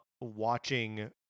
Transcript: watching